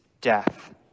death